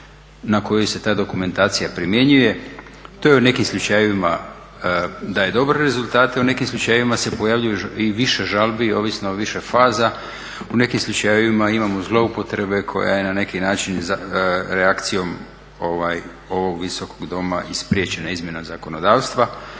na koju se ta dokumentacija primjenjuje. To je u nekim slučajevima daje dobre rezultate, u nekim slučajevima se pojavljuje i više žalbi ovisno o više faza. U nekim slučajevima imamo zloupotrebe koje na neki način reakcijom ovog Visokog doma i spriječena izmjena zakonodavstva.